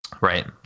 right